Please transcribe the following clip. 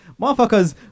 Motherfuckers